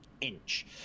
inch